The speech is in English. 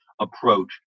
approach